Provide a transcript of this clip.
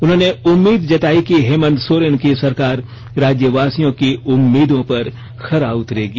उन्होंने उम्मीद जताई कि हेमंत सोरेन की सरकार राज्यवासियों की उम्मीदों पर खरा उतरेगी